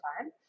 time